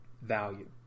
value